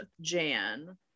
Jan